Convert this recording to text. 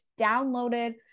downloaded